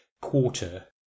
quarter